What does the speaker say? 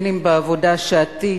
אם בעבודה שעתית,